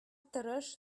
тырыш